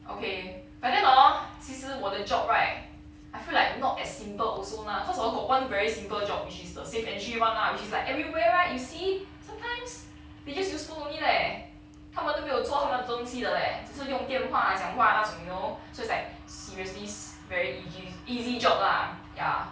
okay but then hor 其实我的 job right I feel like not as simple also lah cause you got one very simple job which is safe entry [one] lah which is like everywhere right you see sometimes they just use phone only leh 他们都没有做他们东西的咧只是用电话讲话那种 you know so it's like seriously very easy easy job lah